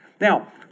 Now